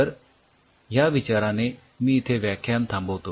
तर ह्या विचाराने मी इथे हे व्याख्यान थांबवतो